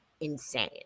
insane